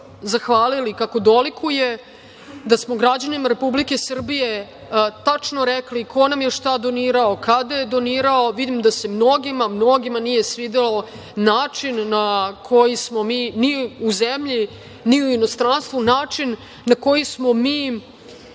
zahvalili kako dolikuje, da smo građanima Republike Srbije tačno rekli ko nam je šta donirao, kada je donirao. Vidim da se mnogima nije svideo način na koji smo mi, ni u zemlji, ni u inostranstvu, način na koji smo mi